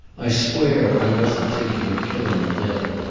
i swear i wasn't thinking of killing him then.